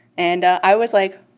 and i was like